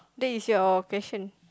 that is your question